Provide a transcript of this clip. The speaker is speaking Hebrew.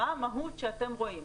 מה המהות שאתם רואים?